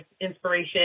inspiration